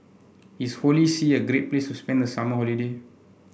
is Holy See a great places to spend the summer holiday